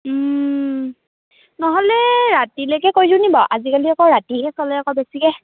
নহ'লে ৰাতিলেকে কৰি দিওঁ নি বাও আজিকালি আকৌ ৰাতিহে চলে আকৌ বেছিকে